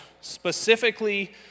specifically